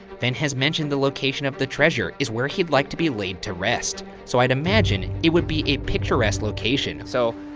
fenn has mentioned the location of the treasure is where he'd like to be laid to rest. so i'd imagine it would be a picturesque location. so,